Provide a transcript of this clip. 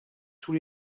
sous